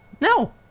No